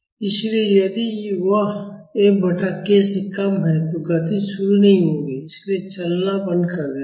इसलिए यदि यह F बटा k से कम है तो गति शुरू नहीं होगी इसलिए चलना बंद कर देता है